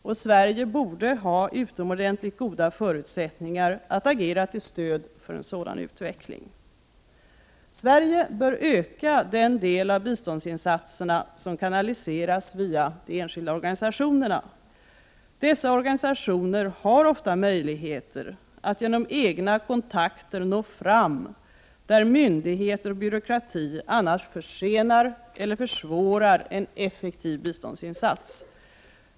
Sverige borde ha utomordentligt goda förutsättningar att agera till stöd för en sådan utveckling. Sverige bör öka den del av biståndsinsatserna som kanaliseras via de enskilda organisationerna. Dessa organisationer har ofta möjligheter att genom egna kontakter nå fram där myndigheter och byråkrati annars försenar eller försvårar en effektiv biståndsinsats.